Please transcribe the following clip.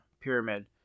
pyramid